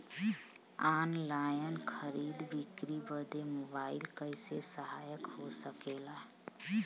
Online खरीद बिक्री बदे मोबाइल कइसे सहायक हो सकेला?